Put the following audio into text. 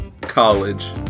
college